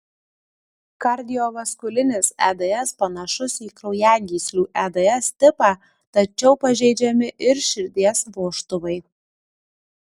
kardiovaskulinis eds panašus į kraujagyslių eds tipą tačiau pažeidžiami ir širdies vožtuvai